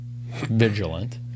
vigilant